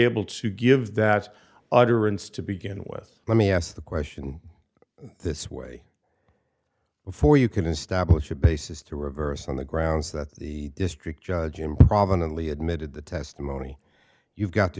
able to give that utterance to begin with let me ask the question this way before you can establish a basis to reverse on the grounds that the district judge him robin and lee admitted the testimony you've got to